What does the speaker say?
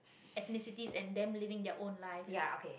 ethnicities and them living their own lives